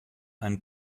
ein